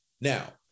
Now